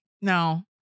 No